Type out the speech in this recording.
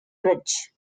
bridge